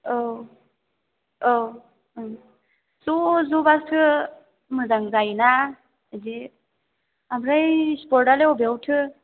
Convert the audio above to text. औ औ ज' ज'बासो मोजां जायो ना बिदि ओमफ्राय स्प'टआलाय बबेयावथो